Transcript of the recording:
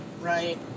right